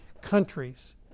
countries